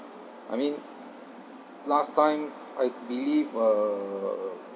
I mean last time I believe uh